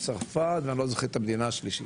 מצרפת ואני לא זוכר את המדינה השלישית,